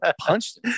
punched